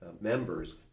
members